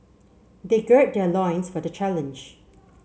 they gird their loins for the challenge